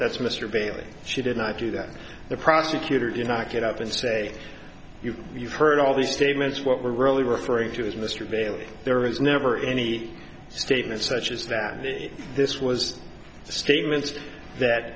that's mr bailey she did not do that the prosecutor did not get up and say you've heard all these statements what we're really referring to is mr vaile there was never any statement such as that this was statements that